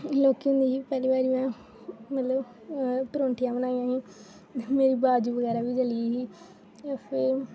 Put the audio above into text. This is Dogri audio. लोह्की होंदी ही पैह्ली बारी में मतलब परौंठियां बनाइयां हियां मेरी बाजू बगैरा बी जली ही फिर